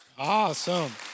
Awesome